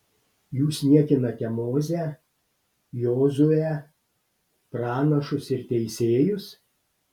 jūs niekinate mozę jozuę pranašus ir teisėjus